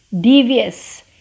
devious